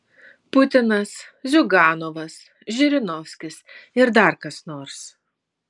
putinas ziuganovas žirinovskis ir dar kas nors